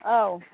औ